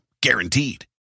Guaranteed